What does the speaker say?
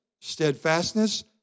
steadfastness